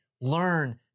learn